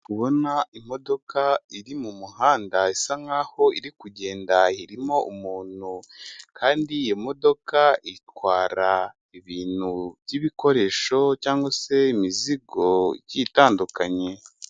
Kubona imodoka iri mu muhanda. Isa nk'aho iri kugenda. Irimo umuntu. Kandi iyi modoka itwara ibintu by'ibikoresho, cyangwa se imizigo itandukanye.